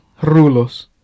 Rulos